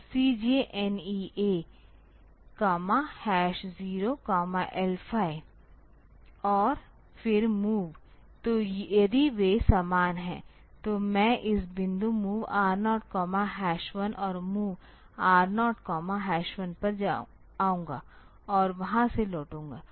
तो CJNE A 0 L 5 और फिर MOV तो यदि वे समान हैं तो मैं इस बिंदु MOV R0 1 और MOV R0 1 पर आऊंगा और वहां से लौटूंगा